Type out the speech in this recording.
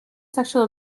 sexual